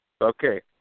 okay